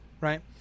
right